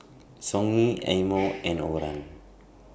Songhe Eye Mo and Overrun